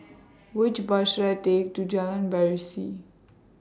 Which Bus should I Take to Jalan Berseri